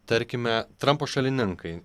tarkime trampo šalininkai